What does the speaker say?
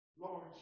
Lord